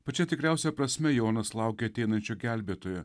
pačia tikriausia prasme jonas laukė ateinančio gelbėtojo